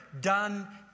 done